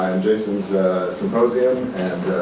and jason's symposium